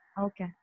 Okay